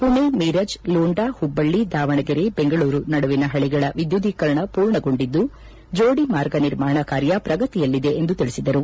ಮಣೆ ಮೀರಜ್ ಲೋಂಡಾ ಹುಬ್ಲಳ್ಲಿ ದಾವಣಗೆರೆ ಬೆಂಗಳೂರು ನಡುವಿನ ಪಳಿಗಳ ವಿದ್ಯುದೀಕರಣ ಪೂರ್ಣಗೊಂಡಿದ್ದು ಜೋಡಿ ಮಾರ್ಗ ನಿರ್ಮಾಣ ಕಾರ್ಯ ಪ್ರಗತಿಯಲ್ಲಿದೆ ಎಂದು ತಿಳಿಸಿದರು